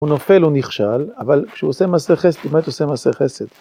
הוא נופל, הוא נכשל, אבל כשהוא עושה מעשה חסד, הוא באמת עושה מעשה חסד.